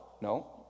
no